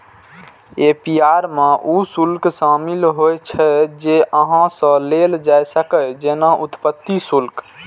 APR मे ऊ शुल्क शामिल होइ छै, जे अहां सं लेल जा सकैए, जेना उत्पत्ति शुल्क